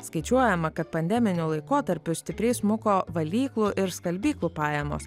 skaičiuojama kad pandeminiu laikotarpiu stipriai smuko valyklų ir skalbyklų pajamos